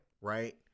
Right